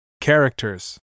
Characters